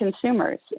consumers